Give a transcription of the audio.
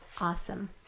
awesome